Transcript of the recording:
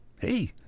Hey